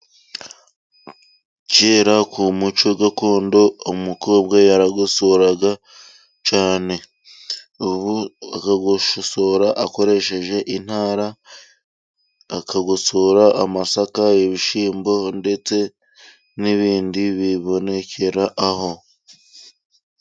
Kera mu muco gakondo, umukobwa yaragosoraga cyane, akagosora akoresheje intara, akagosora amasaka ibishyimbo ndetse n'ibindi biboneka aho.